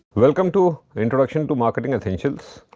welcome to introduction to marketing essentials.